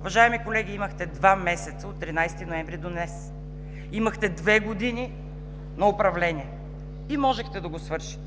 Уважаеми колеги, имахте два месеца от 13 ноември до днес, имахте две години на управление и можехте да го свършите.